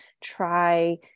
Try